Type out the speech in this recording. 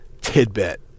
tidbit